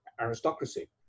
aristocracy